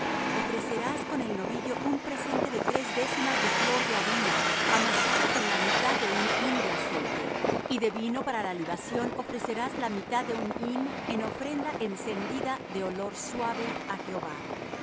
ofrecerás con el novillo un presente de tres décimas de flor de harina amasada con la mitad de un hin de aceite y de vino para la libación ofrecerás la mitad de un hin en ofrenda encendida de olor suave á jehová